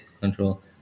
control